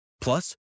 Plus